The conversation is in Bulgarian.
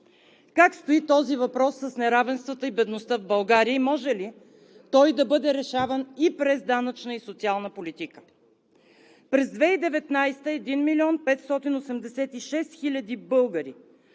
Как стои въпросът с неравенствата и бедността в България и може ли той да бъде решаван и през данъчна и социална политика? През 2019 г. 1 милион 586 хиляди българи